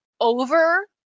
over